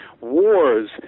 wars